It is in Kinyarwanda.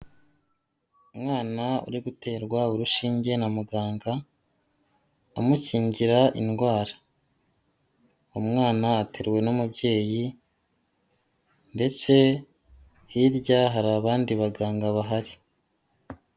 Umwana uri guterwa urushinge na muganga amukingira indwara, umwana ateruwe n'umubyeyi ndetse hirya hari abandi baganga bahari.